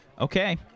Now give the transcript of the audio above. Okay